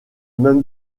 même